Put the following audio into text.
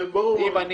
אם אני